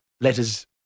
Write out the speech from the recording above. letters